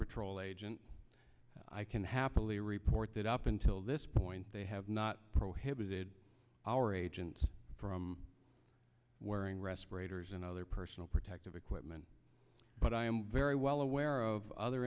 patrol agent i can happily report that up until this point they have not prohibited our agents from wearing respirators and other personal protective equipment but i am very well aware of other